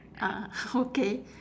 ah okay